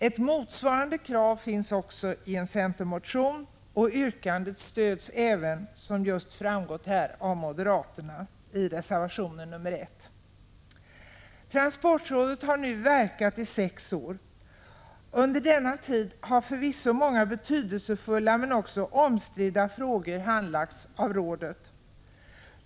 Ett motsvarande krav finns i en centermotion, och yrkandet stöds, som just framgått här, även av moderaterna i reservation nr 1. Transportrådet har nu verkat i sex år. Under denna tid har förvisso många betydelsefulla men också omstridda frågor handlagts av rådet.